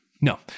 No